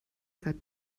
seit